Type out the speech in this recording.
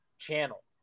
channel